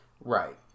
right